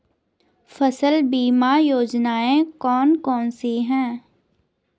फसल बीमा योजनाएँ कौन कौनसी हैं?